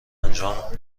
انجام